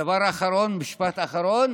הדבר האחרון, המשפט האחרון,